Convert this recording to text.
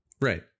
Right